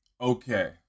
Okay